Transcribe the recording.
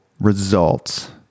results